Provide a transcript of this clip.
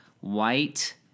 white